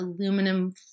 aluminum